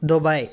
Dubai